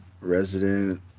Resident